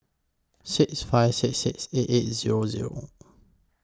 six five six six eight eight Zero Zero